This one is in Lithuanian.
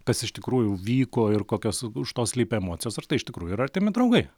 kas iš tikrųjų vyko ir kokios už to slypi emocijos ar tai iš tikrųjų yra artimi draugai